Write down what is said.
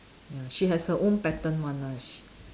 ya she has her own pattern one ah